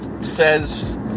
says